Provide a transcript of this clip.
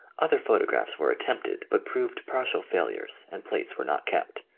other photographs were at tempted but proved partial failures, and plates were not kept.